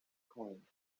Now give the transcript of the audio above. coin